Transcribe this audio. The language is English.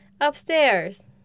Upstairs